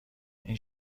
این